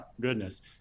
Goodness